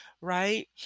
right